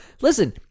Listen